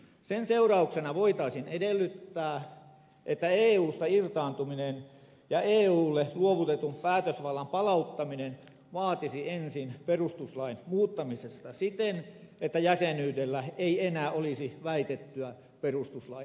sen seurauksena voitaisiin edellyttää että eusta irtaantuminen ja eulle luovutetun päätösvallan palauttaminen vaatisi ensin perustuslain muuttamista siten että jäsenyydellä ei enää olisi väitettyä perustuslain suojaa